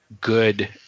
good